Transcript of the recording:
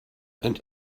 and